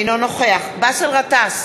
אינו נוכח באסל גטאס,